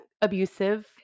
abusive